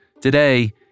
Today